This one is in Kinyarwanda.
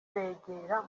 begera